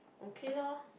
okay loh